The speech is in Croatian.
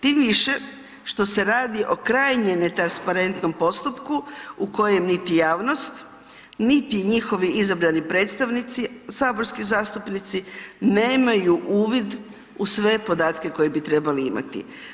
Tim više što se radi o krajnje netransparentnom postupku u kojem niti javnost niti njihovi izabrani predstavnici, saborski zastupnici, nemaju uvid u sve podatke koje bi trebali imati.